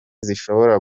zishobora